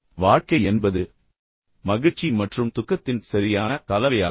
எனவே வாழ்க்கை என்பது மகிழ்ச்சி மற்றும் துக்கத்தின் சரியான கலவையாகும்